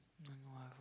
don't know why